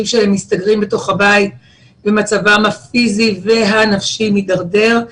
שמסתגרים בתוך הבית ומצבם הפיזי והנפשי מידרדר.